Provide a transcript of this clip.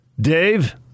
Dave